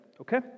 okay